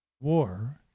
War